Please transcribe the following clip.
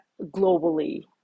globally